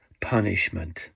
punishment